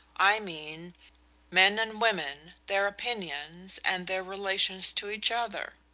i mean men and women, their opinions and their relations to each other.